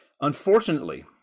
unfortunately